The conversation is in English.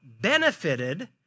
benefited